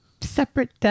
separate